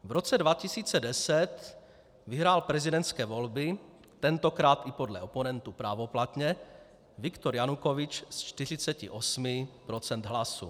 V roce 2010 vyhrál prezidentské volby, tentokrát i podle oponentů právoplatně, Viktor Janukovyč s 48 % hlasů.